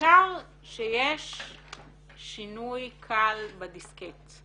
ניכר שיש שינוי קל בדיסקט.